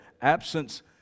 Absence